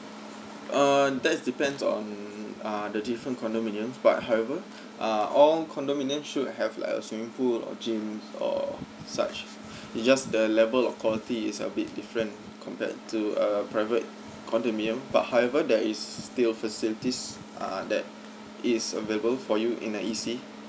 err that is depends on uh the different condominium but however uh all condominium should have like a swimming pool or gym or such it just the level of quality is a bit different compared to a private condominium but however there is still facilities uh that is available for you in a E_C